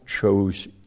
chose